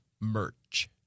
merch